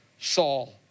Saul